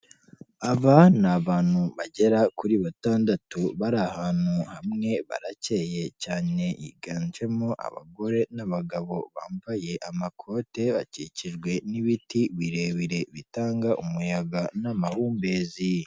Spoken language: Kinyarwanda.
Aba ni abantu bagera kuri batandatu bari ahantu hamwe barakeye cyane, higanjemo abagore n'abagabo bambaye amakote bakikijwe n'ibiti birebire bitanga umuyaga n'amahumbezi.